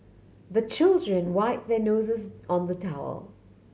the children wipe their noses on the towel